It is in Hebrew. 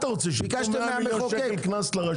מה אתה רוצה, שייקחו 100 מיליון שקל קנס לרשות?